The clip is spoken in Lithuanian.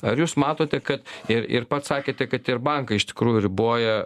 ar jūs matote ka ir ir pats sakėte kad ir bankai iš tikrųjų riboja